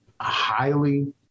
highly